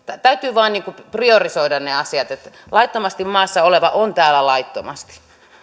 täytyy vain priorisoida ne asiat laittomasti maassa oleva on täällä laittomasti